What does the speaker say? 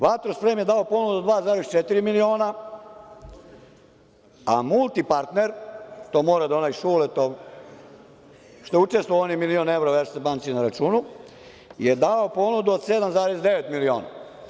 Vatrosprem“ je dao ponudu od 2,4 miliona, a „Multipartner“, to mora da je Šuletom, što je učestvovao u onih milion evra u „Erste banci“ na računu, je dao ponudu od 7,9 miliona.